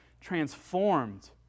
transformed